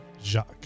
Jacques